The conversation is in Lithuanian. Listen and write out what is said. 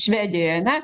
švedijoj ane